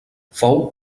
fou